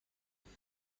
مایل